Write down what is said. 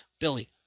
billy